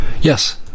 Yes